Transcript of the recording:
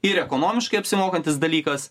ir ekonomiškai apsimokantis dalykas